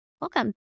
welcome